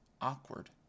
awkward